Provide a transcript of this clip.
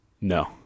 No